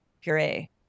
puree